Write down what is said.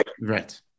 Right